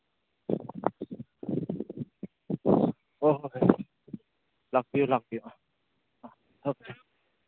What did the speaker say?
ꯍꯣꯏ ꯍꯣꯏ ꯂꯥꯛꯄꯤꯌꯣ ꯂꯥꯛꯄꯤꯌꯣ ꯑꯥ